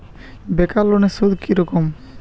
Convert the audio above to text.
বেকার লোনের সুদ কি রকম?